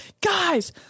guys